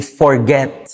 forget